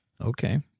Okay